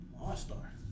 All-star